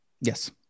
yes